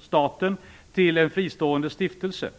staten till en fristående stiftelse.